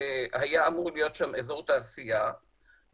שהיה אמור להיות שם אזור תעשייה ולמרות